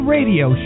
Radio